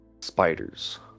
Spiders